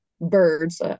birds